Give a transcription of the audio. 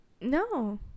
No